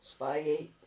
Spygate